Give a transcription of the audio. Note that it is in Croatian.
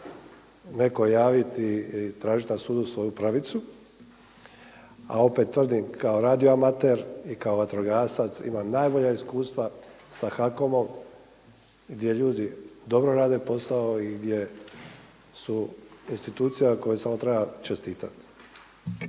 neko javiti i tražiti na sudu svoju pravicu. A opet tvrdim, kao radioamater i kao vatrogasac imam najbolja iskustva sa HAKOM-om gdje ljudi dobro rade posao i gdje su institucija kojoj samo treba čestiti.